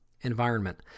environment